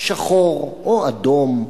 שחור או אדום,